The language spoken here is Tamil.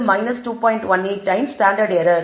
18 டைம்ஸ் ஸ்டாண்டர்ட் எரர்